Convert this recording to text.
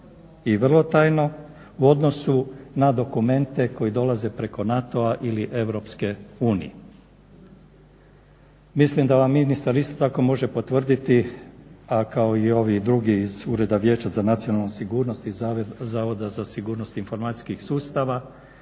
i vrlo tajno u odnosu na dokumente koji dolaze preko NATO-a ili EU. Mislim da vam ministar isto tako može potvrditi, a kao i ovi drugi iz Ureda Vijeća za nacionalnu sigurnost i Zavoda za sigurnost informacijskih sustava